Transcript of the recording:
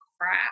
crap